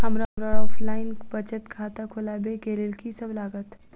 हमरा ऑफलाइन बचत खाता खोलाबै केँ लेल की सब लागत?